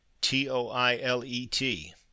T-O-I-L-E-T